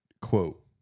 quote